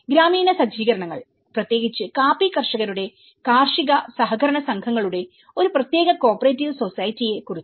ഗ്രാമീണ സജ്ജീകരണങ്ങൾ പ്രത്യേകിച്ച് കാപ്പി കർഷകരുടെ കാർഷിക സഹകരണ സംഘങ്ങളുടെ ഒരു പ്രത്യേക കോപെറേറ്റീവ് സൊസൈറ്റിയെ കുറിച്ച്